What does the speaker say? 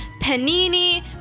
Panini